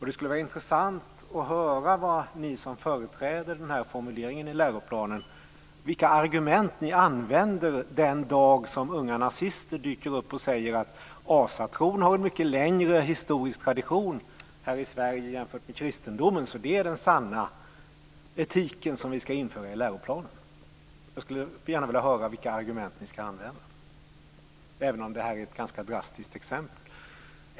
Det skulle vara intressant att höra vilka argument ni som företräder den här formuleringen i läroplanen använder den dag unga nazister dyker upp och säger att asatron har en mycket längre historisk tradition här i Sverige jämfört med kristendomen och att det är den sanna etiken som vi ska införa i läroplanen. Jag skulle vilja höra vilka argument ni tänker använda, även om det är ett ganska drastiskt exempel.